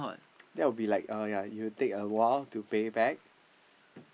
that would like uh ya you'll take a while to pay back